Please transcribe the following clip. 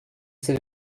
c’est